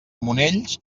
monells